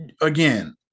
again